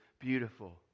beautiful